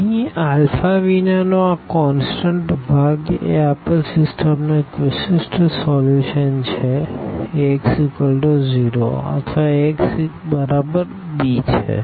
અહીં આલ્ફા વિનાનો આ કોનસ્ટન્ટ ભાગ એ આપેલ સિસ્ટમનો એક વિશિષ્ટ સોલ્યુશન છે Ax0 અથવા Ax બરાબર bછે